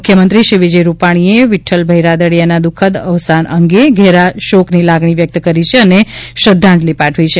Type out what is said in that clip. મુખ્યમંત્રી શ્રી વિજયભાઇ રૂપાલીએ શ્રી વિક્રલભાઇ રાદડીયાના ્દ્રઃખદ અવસાન અંગે ઘેરા શોકની લાગઢ઼ી વ્યક્ત કરી છે અને શ્રદ્ધાંજલી પાઠવી છે